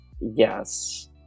yes